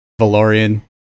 Valorian